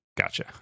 Gotcha